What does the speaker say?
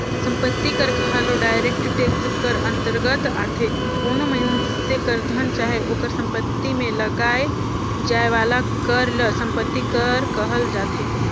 संपत्ति कर घलो डायरेक्ट टेक्स कर अंतरगत आथे कोनो मइनसे कर धन चाहे ओकर सम्पति में लगाए जाए वाला कर ल सम्पति कर कहल जाथे